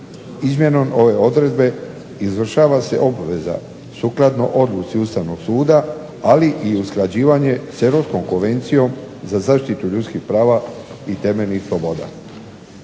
Izmjenom ove odredbe izvršava se obaveza sukladno odluci Ustavnog suda, ali i usklađivanje s europskom konvencijom za zaštitu ljudskih prava i temeljnih sloboda.